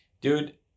Dude